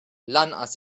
lanqas